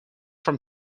from